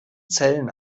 zellen